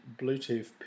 Bluetooth